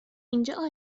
اینجا